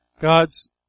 God's